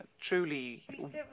truly